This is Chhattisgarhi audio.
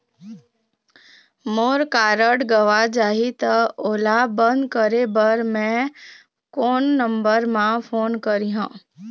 मोर कारड गंवा जाही त ओला बंद करें बर मैं कोन नंबर म फोन करिह?